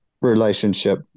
relationship